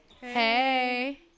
Hey